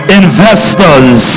investors